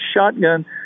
shotgun